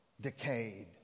decayed